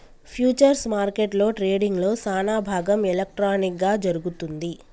futures మార్కెట్లో ట్రేడింగ్లో సానాభాగం ఎలక్ట్రానిక్ గా జరుగుతుంది